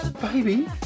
baby